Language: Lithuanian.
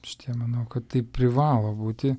šitie manau kad tai privalo būti